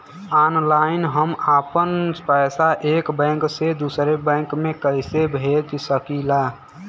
Online हम आपन पैसा एक बैंक से दूसरे बैंक में कईसे भेज सकीला?